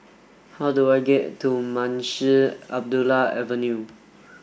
how do I get to Munshi Abdullah Avenue